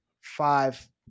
five